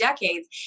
decades